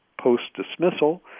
Post-dismissal